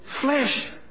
Flesh